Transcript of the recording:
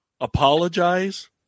apologize